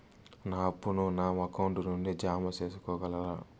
నా అప్పును నా అకౌంట్ నుండి జామ సేసుకోగలరా?